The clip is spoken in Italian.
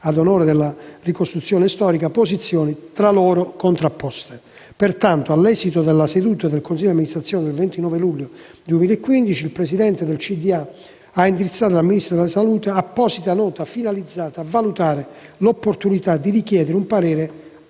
ad onore della ricostruzione storica, posizioni tra loro contrapposte. Pertanto, all'esito della seduta del consiglio di amministrazione del 29 luglio 2015, il presidente del consiglio di amministrazione ha indirizzato al Ministero della salute apposita nota finalizzata a valutare l'opportunità di richiedere un parere